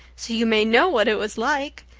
so you may know what it was like.